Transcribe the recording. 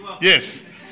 Yes